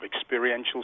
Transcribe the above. experiential